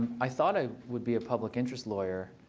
i thought i would be a public interest lawyer.